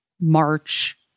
March